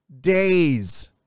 days